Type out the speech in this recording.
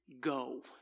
go